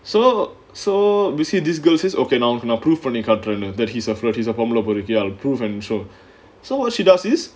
so so basically this girl she's okay நா உனக்கு::naa unakku prove பண்ணி காட்டுறேன்னு:panni kaatturaenu that he is a flirt he is a பொம்பல பொருக்கினு:pombala porukkinu I'll prove and show so